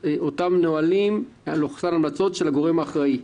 אותם נהלים/המלצות של הגורם האחראי.